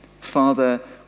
Father